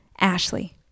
Ashley